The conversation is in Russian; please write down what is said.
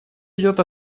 идет